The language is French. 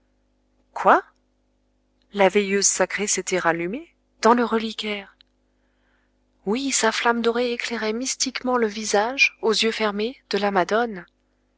quoi la veilleuse sacrée s'était rallumée dans le reliquaire oui sa flamme dorée éclairait mystiquement le visage aux yeux fermés de la madone